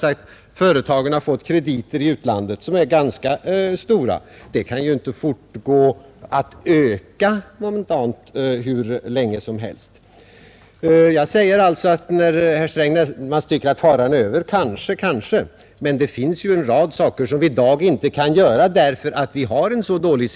Och företagen har ju fått ökade krediter i utlandet som är ganska stora, men den ökningen kan inte gärna fortgå hur länge som helst. När därför herr Sträng vill signalera ”faran över”, så säger jag ”kanske, kanske”. Det finns dock en hel rad saker som vi i dag inte kan göra därför att vår situation är så dålig.